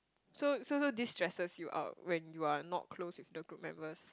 so so so this stresses you out when you are not close with the group members